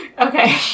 Okay